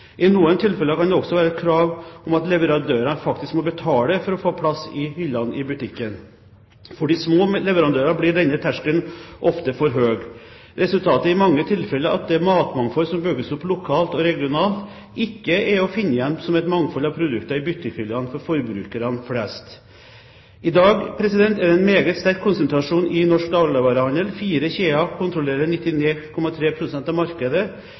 I noen tilfeller kan det også være krav om at leverandør faktisk må betale for å få plass i hyllen i butikken. For de små leverandører blir denne terskelen ofte for høy. Resultatet er i mange tilfeller at det matmangfold som bygges opp lokalt og regionalt, ikke er å finne igjen som et mangfold av produkter i butikkhyllene for forbrukere flest. I dag er det en meget sterk konsentrasjon i norsk dagligvarehandel. Fire kjeder kontrollerer 99,3 pst. av markedet.